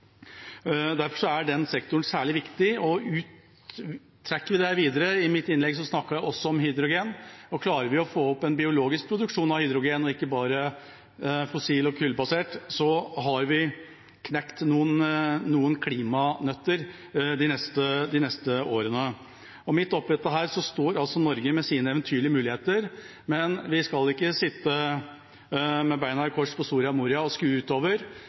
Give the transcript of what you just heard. Derfor er den sektoren særlig viktig. Vi kan trekke dette videre. I mitt innlegg snakket jeg også om hydrogen. Klarer vi å få opp en biologisk produksjon av hydrogen, ikke bare fossil- og kullbasert, har vi knekt noen klimanøtter de neste årene. Midt oppi dette står altså Norge med sine eventyrlige muligheter. Men vi skal ikke sitte med beina i kors på Soria Moria og skue utover.